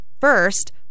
first